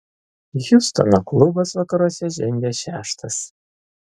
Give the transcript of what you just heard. hjustono klubas vakaruose žengia šeštas